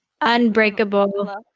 unbreakable